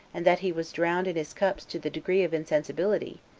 and that he was drowned in his cups to the degree of insensibility,